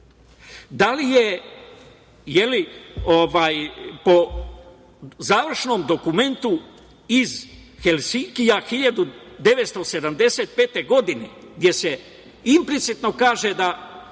Da li je po završnom dokumentu iz Helsinkija 1975. godine, gde se implicitno kaže da